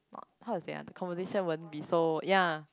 not how to say ah the conversation won't be so ya